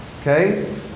okay